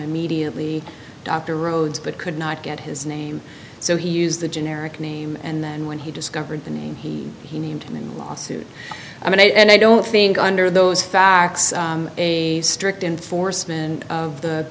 immediately after roads but could not get his name so he used the generic name and then when he discovered the name he he named in the lawsuit i mean and i don't think under those facts a strict enforcement of the